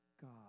God